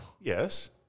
Yes